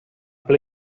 ple